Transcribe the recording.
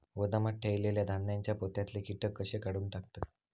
गोदामात ठेयलेल्या धान्यांच्या पोत्यातले कीटक कशे काढून टाकतत?